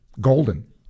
Golden